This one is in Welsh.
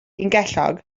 ungellog